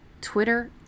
Twitter